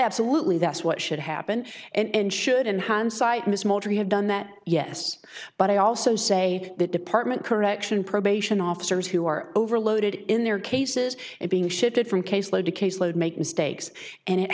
absolutely that's what should happen and should in hindsight miss moultrie have done that yes but i also say that department correction probation officers who are overloaded in their cases and being shifted from caseload to caseload make mistakes and it